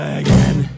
again